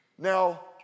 Now